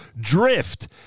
drift